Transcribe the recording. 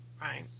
Right